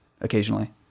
occasionally